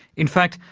in fact,